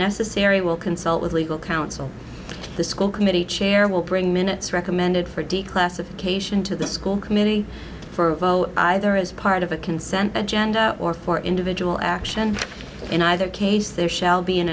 necessary will consult with legal counsel the school committee chair will bring minutes recommended for declassification to the school committee for either as part of a consent agenda or for individual action in either case there shall be an